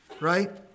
right